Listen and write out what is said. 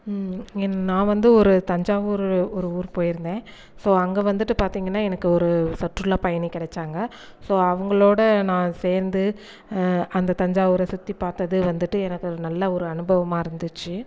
என் நான் வந்து ஒரு தஞ்சாவூர் ஒரு ஊர் போயிருந்தேன் ஸோ அங்கே வந்துட்டு பார்த்திங்கன்னா எனக்கு ஒரு சுற்றுலாப்பயணி கிடச்சாங்க ஸோ அவங்களோட நான் சேர்ந்து அந்த தஞ்சாவூரை சுற்றி பார்த்தது வந்துட்டு எனக்கு ஒரு நல்ல ஒரு அனுபவமாக இருந்துச்சு